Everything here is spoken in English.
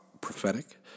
prophetic